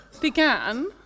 began